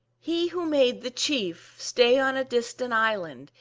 he who made the chief stay on a distant island,